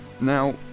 now